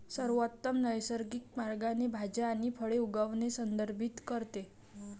सर्वोत्तम नैसर्गिक मार्गाने भाज्या आणि फळे उगवणे संदर्भित करते